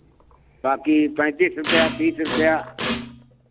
बाँकी पैंतीस रुपैया तीस रुपैया